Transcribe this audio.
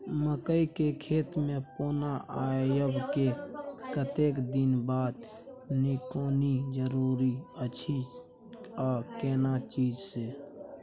मकई के खेत मे पौना आबय के कतेक दिन बाद निकौनी जरूरी अछि आ केना चीज से?